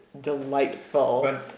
delightful